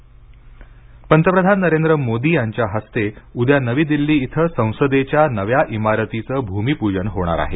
नवीन संसद भवन पंतप्रधान नरेंद्र मोदी यांच्या हस्ते उद्या नवी दिल्ली इथं संसदेच्या नव्या इमारतीचं भूमिपूजन होणार आहे